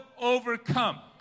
overcome